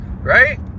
right